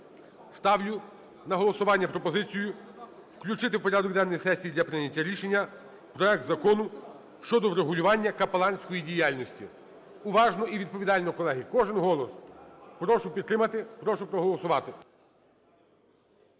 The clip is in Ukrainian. ставлю на голосування пропозицію включити в порядок денний сесії для прийняття рішення проект Закону щодо врегулювання капеланської діяльності. Уважно і відповідально, колеги, кожен голос, прошу підтримати, прошу проголосувати.